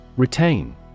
Retain